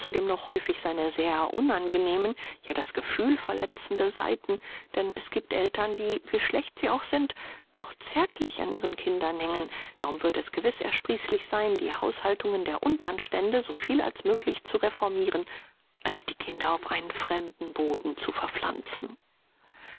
noch häufig seine sehr unangenehmen ja das gefühl verletzende seiten denn es gibt eltern die wie schlecht sie auch sind doch zärtlich an ihren kindern hängen darum würde es gewiß ersprießlich sein die haushaltungen der untern stände so viel als möglich zu reformiren als die kinder auf einen fremden boden zu verpflanzen